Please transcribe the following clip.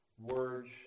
words